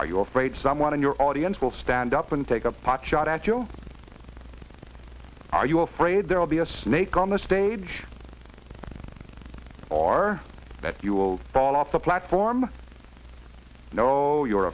afraid someone in your audience will stand up and take a pot shot at you are you afraid there will be a snake on the stage or that you will fall off the platform no you're